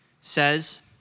says